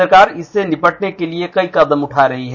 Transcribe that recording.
सरकार इससे निपटने के लिए कई कदम उठा रही है